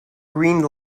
green